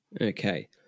Okay